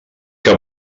que